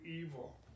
evil